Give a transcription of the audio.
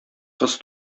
кыз